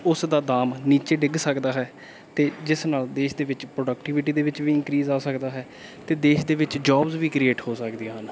ਉਸ ਦਾ ਦਾਮ ਨੀਚੇ ਡਿੱਗ ਸਕਦਾ ਹੈ ਅਤੇ ਜਿਸ ਨਾਲ ਦੇਸ਼ ਦੇ ਵਿੱਚ ਪ੍ਰੋਡਕਟੀਵਿਟੀ ਦੇ ਵਿੱਚ ਵੀ ਇੰਕਰੀਜ਼ ਆ ਸਕਦਾ ਹੈ ਅਤੇ ਦੇਸ਼ ਦੇ ਵਿੱਚ ਜੋਬਸ ਵੀ ਕ੍ਰੀਏਟ ਹੋ ਸਕਦੀਆਂ ਹਨ